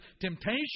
temptation